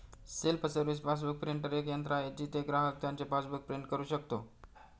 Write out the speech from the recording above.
self service passbook printer एक यंत्र आहे जिथे ग्राहक त्याचे पासबुक प्रिंट करू शकतो